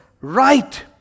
Right